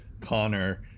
Connor